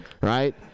right